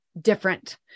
different